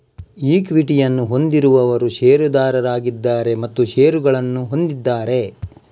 ಈಕ್ವಿಟಿಯನ್ನು ಹೊಂದಿರುವವರು ಷೇರುದಾರರಾಗಿದ್ದಾರೆ ಮತ್ತು ಷೇರುಗಳನ್ನು ಹೊಂದಿದ್ದಾರೆ